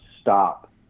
stop